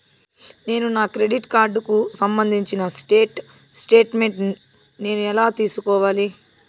నేను నా క్రెడిట్ కార్డుకు సంబంధించిన స్టేట్ స్టేట్మెంట్ నేను ఎలా తీసుకోవాలి?